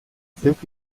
zeuk